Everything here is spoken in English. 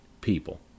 people